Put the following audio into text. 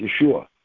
Yeshua